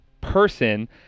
person